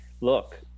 look